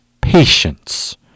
patience